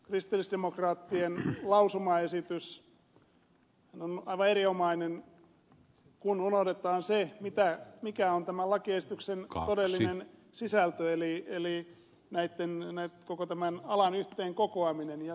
kristillisdemokraattien lausumaesitys on aivan erinomainen kun unohdetaan se mikä on tämän lakiesityksen todellinen sisältö eli koko tämän alan yhteen kokoaminen